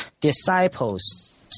disciples